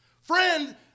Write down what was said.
Friend